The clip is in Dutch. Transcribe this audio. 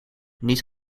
niet